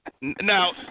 Now